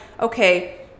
okay